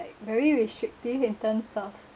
like very restrictive in terms of